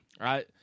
right